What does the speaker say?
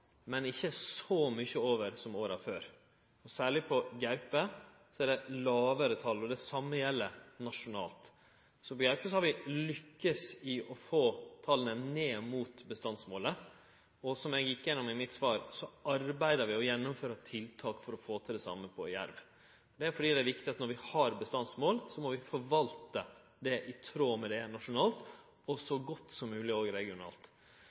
men ikkje så mykje over som åra før. Særleg for gaupe er det lågare tal, og det same gjeld nasjonalt. Så for gaupe har vi lukkast i å få talet ned mot bestandsmålet. Som eg gjekk gjennom i mitt svar, arbeider vi med å gjennomføre tiltak for å få til det same for jerv. Det er fordi det er viktig at når vi har bestandsmål, må vi forvalte i tråd med det – nasjonalt og så godt som mogleg òg regionalt.